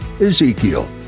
Ezekiel